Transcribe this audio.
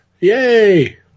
Yay